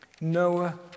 Noah